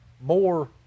more